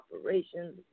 operations